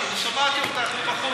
שמעתי אותך מבחוץ.